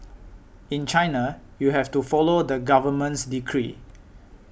in China you have to follow the government's decree